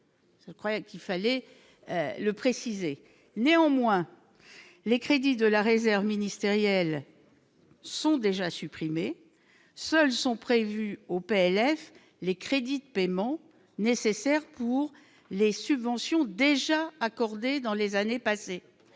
Je croyais qu'il fallait le préciser néanmoins les crédits de la réserve ministérielle sont déjà supprimé, seuls sont prévues au PLF les crédits de paiement nécessaires pour les subventions déjà accordées dans les années passées,